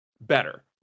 better